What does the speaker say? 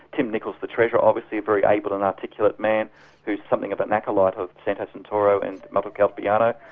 tim nicholls the treasurer obviously, a very able and articulate man who is something of an acolyte of santo santoro and michael caltabiano,